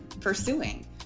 pursuing